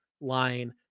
lying